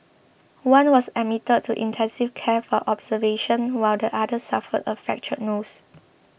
one was admitted to intensive care for observation while the other suffered a fractured nose